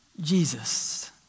Jesus